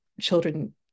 children